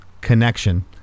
connection